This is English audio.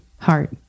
Heart